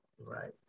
right